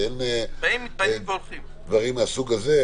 שאין דברים מהסוג הזה,